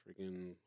freaking